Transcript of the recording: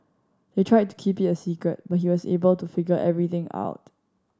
they tried to keep it a secret but he was able to figure everything out